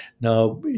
Now